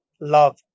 Love